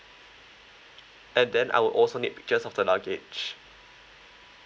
and then I will also need pictures of the luggage